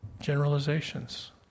generalizations